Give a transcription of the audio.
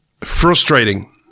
frustrating